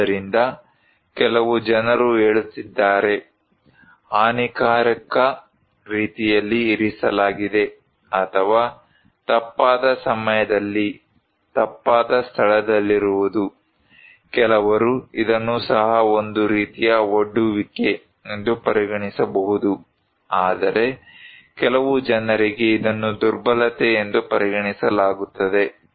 ಆದ್ದರಿಂದ ಕೆಲವು ಜನರು ಹೇಳುತ್ತಿದ್ದಾರೆ ಹಾನಿಕಾರಕ ರೀತಿಯಲ್ಲಿ ಇರಿಸಲಾಗಿದೆ ಅಥವಾ ತಪ್ಪಾದ ಸಮಯದಲ್ಲಿ ತಪ್ಪಾದ ಸ್ಥಳದಲ್ಲಿರುವುದು ಕೆಲವರು ಇದನ್ನು ಸಹ ಒಂದು ರೀತಿಯ ಒಡ್ಡುವಿಕೆ ಎಂದು ಪರಿಗಣಿಸಬಹುದು ಆದರೆ ಕೆಲವು ಜನರಿಗೆ ಇದನ್ನು ದುರ್ಬಲತೆ ಎಂದು ಪರಿಗಣಿಸಲಾಗುತ್ತದೆ